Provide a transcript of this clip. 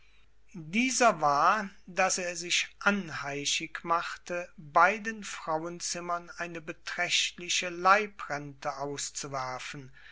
dieser war daß er sich anheischig machte beiden frauenzimmern eine beträchtliche leibrente auszuwerfen